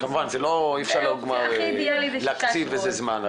כמובן אי אפשר להקציב לזה זמן,